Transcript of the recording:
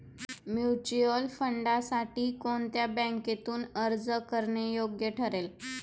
Mutual फंडांसाठी कोणत्या बँकेतून अर्ज करणे योग्य ठरेल?